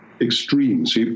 extremes